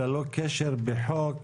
ללא קשר בחוק.